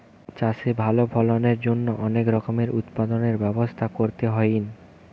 চাষে ভালো ফলনের জন্য অনেক রকমের উৎপাদনের ব্যবস্থা করতে হইন